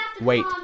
wait